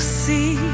see